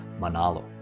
Manalo